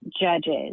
judges